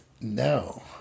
no